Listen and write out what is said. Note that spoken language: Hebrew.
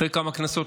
אחרי כמה כנסות,